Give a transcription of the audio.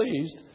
pleased